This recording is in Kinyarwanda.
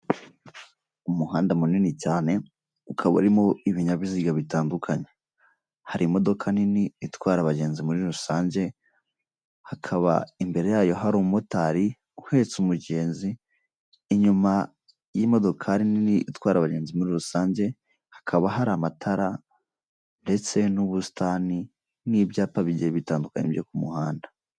Umuhanda munini cyane ukaba urimo ibinyabiziga bitandukanye, hari imodoka nini itwara abagenzi muri rusange, hakaba imbere yayo hari umumotari uhetse umugenzi, inyuma y'imodokari nini itwara abagenzi muri rusange hakaba hari amatara ndetse n'ubusitani n'ibyapa bigiye bitandukanye byo ku muhanda.